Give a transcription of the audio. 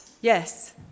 yes